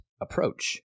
approach